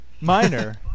Minor